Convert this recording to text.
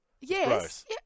Yes